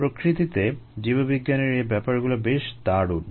প্রকৃতিতে জীববিজ্ঞানের এ ব্যাপারগুলো বেশ দারুণ